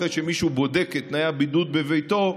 אחרי שמישהו בודק את תנאי הבידוד בביתו,